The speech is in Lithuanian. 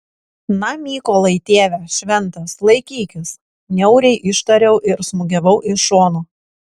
na mykolai tėve šventas laikykis niauriai ištariau ir smūgiavau iš šono